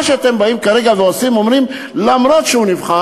מה שאתם כרגע באים ועושים הוא שאתם אומרים: אף שהוא נבחר,